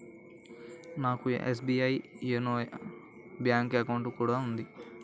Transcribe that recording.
నాకు SBI YONO bank account కూడా ఉంది